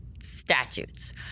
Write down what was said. statutes